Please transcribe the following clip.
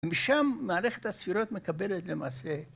ומשם מערכת הספירות מקבלת למעשה.